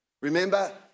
Remember